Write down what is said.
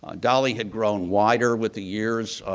ah dolley had grown wider with the years,